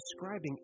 describing